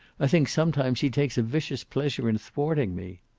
i think sometimes he takes a vicious pleasure in thwarting me.